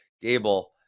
Gable